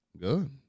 Good